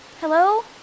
Hello